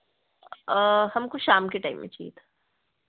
हमको शाम के टाइम में चाहिए था